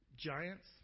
Giants